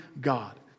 God